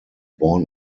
born